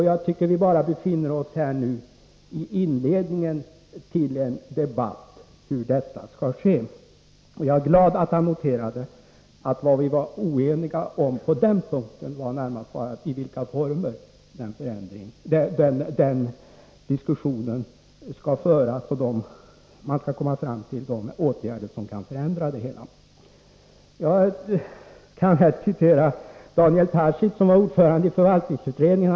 Jag tycker att vi här bara befinner oss i inledningen av en debatt om hur detta skall ske. Jag är glad att han noterade att vad vi var oeniga om på den punkten närmast bara var i vilka former diskussionen skall föras, så att vi kommer fram till de åtgärder som kan förändra det hela. Jag kan här citera Daniel Tarschys, som var ordförande i förvaltningsutredningen.